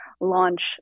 launch